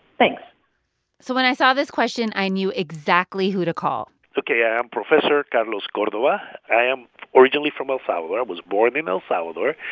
thanks so when i saw this question, i knew exactly who to call ok. i am professor carlos cordova. i am originally from el salvador. i was born in el salvador.